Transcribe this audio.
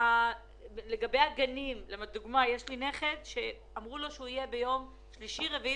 יש לי נכד שאמרו לו שהוא יהיה בגן ביום רביעי,